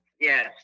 yes